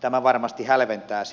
tämä varmasti hälventää